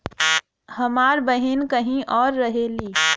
हमार बहिन कहीं और रहेली